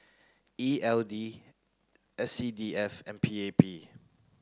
E L D S C D F and P A P